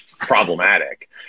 problematic